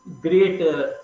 great